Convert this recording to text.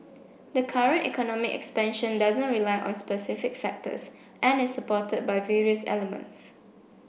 the current economic expansion doesn't rely on specific factors and is supported by various elements